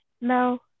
No